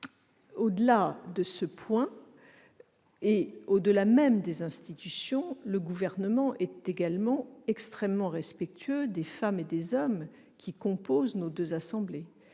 Par ailleurs, au-delà des institutions, le Gouvernement est également extrêmement respectueux des femmes et des hommes qui composent nos deux assemblées.